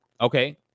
Okay